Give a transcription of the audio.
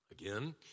Again